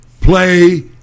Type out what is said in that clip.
play